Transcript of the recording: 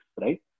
right